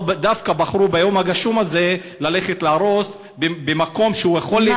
דווקא בחרו ביום הגשום הזה ללכת להרוס מקום שיכול להיות,